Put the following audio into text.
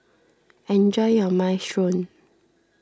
enjoy your Minestrone